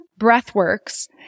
breathworks